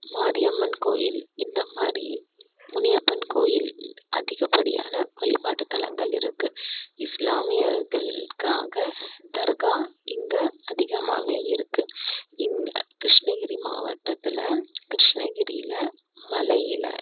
மாரியம்மன் கோயில் இந்தமாதிரி முனியப்பன் கோயில் அதிகப்படியான வழிபாட்டுத்தலங்கள் இருக்குது இஸ்லாமியர்களுக்காக தர்கா இங்கே அதிகமாகவே இருக்குது இங்கே கிருஷ்ணகிரி மாவட்டத்தில் கிருஷ்ணகிரியில் மலையில்